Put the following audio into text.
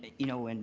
you know, and